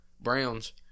Browns